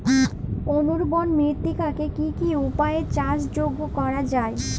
অনুর্বর মৃত্তিকাকে কি কি উপায়ে চাষযোগ্য করা যায়?